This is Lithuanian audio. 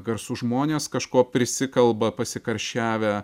garsūs žmonės kažkuo prisikalba pasikarščiavę